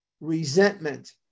resentment